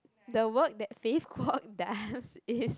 the work that says quote dance is